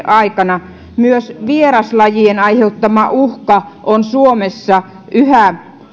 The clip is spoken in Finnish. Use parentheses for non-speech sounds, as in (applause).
(unintelligible) aikana myös vieraslajien aiheuttama uhka on suomessa yhä